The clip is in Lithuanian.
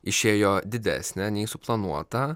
išėjo didesnė nei suplanuota